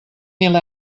mil